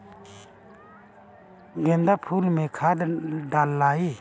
गेंदा फुल मे खाद डालाई?